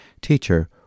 Teacher